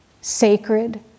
sacred